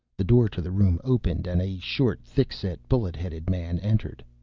the door to the room opened, and a short, thick-set, bullet-headed man entered.